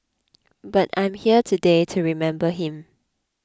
but I'm here today to remember him